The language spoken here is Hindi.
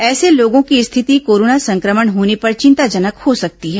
ऐसे लोगों की स्थिति कोरोना संक्रमण होने पर चिंताजनक हो सकती है